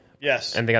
Yes